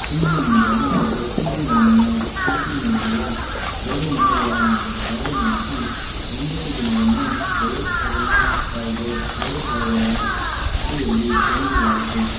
ಇಂದು ಮುಂಜಾನೆ ದಕ್ಷಿಣ ಲಂಡನ್ನ ಟೂಟಿಂಗ್ನಲ್ಲಿರುವ ಎರಡು ಮನೆಗಳ ಮೇಲೆ ದಾಳಿ ನಡೆಸಿ ಒಂಬತ್ತು ಜನರನ್ನು ಭಯೋತ್ಪಾದನಾ ಕಾಯ್ದೆ ಎರಡು ಸಾವಿರದ ಅಡಿಯಲ್ಲಿ ಬಂಧಿಸಲಾಯಿತು